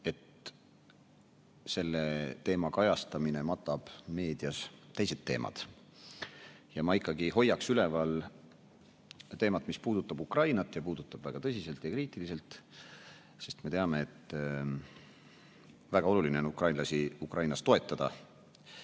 et selle teema kajastamine matab meedias teised teemad. Ma ikkagi hoiaks üleval teemat, mis puudutab Ukrainat ja puudutab väga tõsiselt ja kriitiliselt, sest me teame, et väga oluline on ukrainlasi Ukrainas toetada,